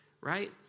Right